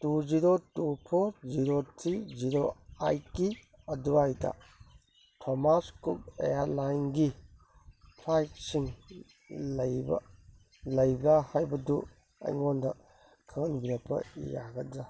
two zero two four zero three zero ꯑꯩꯠꯀꯤ ꯑꯗꯨꯋꯥꯏꯗ Thomas Cook ꯏꯌꯔꯂꯥꯏꯟꯒꯤ ꯐ꯭ꯂꯥꯏꯠꯁꯤꯡ ꯂꯩꯕ꯭ꯔꯥ ꯍꯥꯏꯕꯗꯨ ꯑꯩꯉꯣꯟꯗ ꯈꯪꯍꯟꯕꯤꯔꯛꯄ ꯌꯥꯒꯗ꯭ꯔꯥ